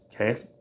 okay